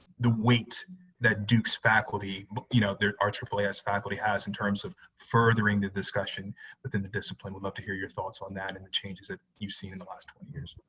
the weight that duke's faculty, but you know our aaas faculty has in terms of furthering the discussion within the discipline, would love to hear your thoughts on that and the changes that you've seen in the last twenty years.